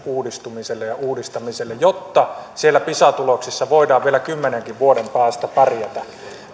uudistumiselle ja uudistamiselle jotta pisa tuloksissa voidaan vielä kymmenenkin vuoden päästä pärjätä